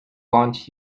wants